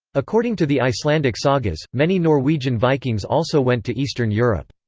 according to the icelandic sagas, many norwegian vikings also went to eastern europe.